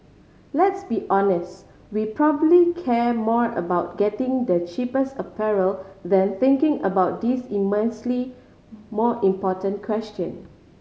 let's be honest we probably care more about getting the cheapest apparel than thinking about these immensely more important question